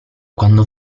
quando